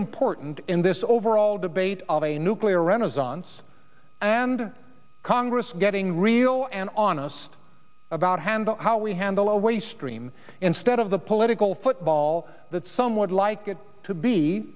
important in this overall debate of a nuclear renaissance and congress getting real and honest about handle how we handle away stream instead of the political football that some would like it to